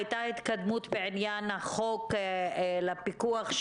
הייתה התקדמות בעניין חוק הפיקוח,